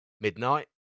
Midnight